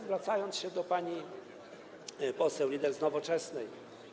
Zwracam się do pani poseł Lieder z Nowoczesnej.